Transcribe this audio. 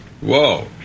Whoa